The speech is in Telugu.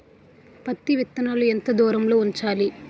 పత్తి విత్తనాలు ఎంత దూరంలో ఉంచాలి?